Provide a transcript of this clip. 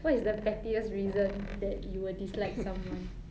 what is the pettiest reason that you would dislike someone